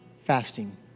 fasting